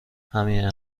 همین